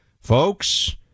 Folks